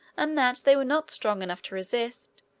and that they were not strong enough to resist,